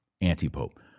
anti-pope